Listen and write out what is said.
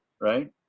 Right